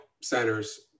centers